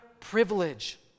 privilege